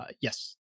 yes